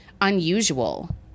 unusual